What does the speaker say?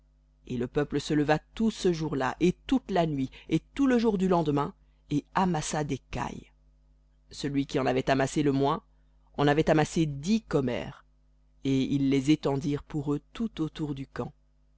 et le peuple se leva tout ce jour-là et toute la nuit et tout le jour du lendemain et amassa des cailles celui qui en avait amassé le moins en avait amassé dix khomers et ils les étendirent pour eux tout autour du camp